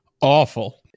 awful